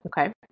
okay